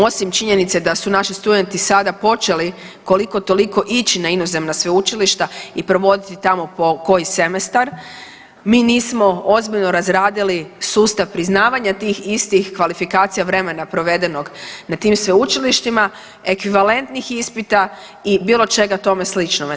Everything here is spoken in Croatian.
Osim činjenice da su naši studenti sada počeli koliko toliko ići na inozemna sveučilišta i provoditi tamo po koji semestar mi nismo ozbiljno razradili sustav priznavanje tih istih kvalifikacija vremena provedenog na tim sveučilištima, ekvivalentnih ispita i bilo čega toga sličnome.